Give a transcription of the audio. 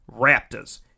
Raptors